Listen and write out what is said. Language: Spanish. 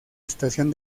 estación